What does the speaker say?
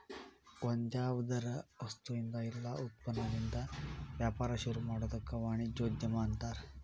ಒಂದ್ಯಾವ್ದರ ವಸ್ತುಇಂದಾ ಇಲ್ಲಾ ಉತ್ಪನ್ನದಿಂದಾ ವ್ಯಾಪಾರ ಶುರುಮಾಡೊದಕ್ಕ ವಾಣಿಜ್ಯೊದ್ಯಮ ಅನ್ತಾರ